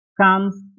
comes